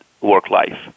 work-life